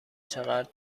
چقدر